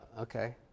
okay